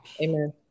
Amen